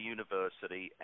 University